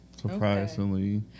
Surprisingly